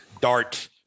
DART